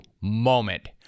moment